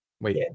Wait